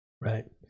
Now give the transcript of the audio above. Right